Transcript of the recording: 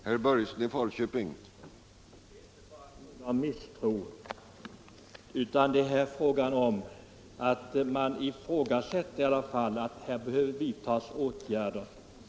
Herr talman! Det är inte fråga om misstro, utan det är fråga om att här behöver vidtas åtgärder.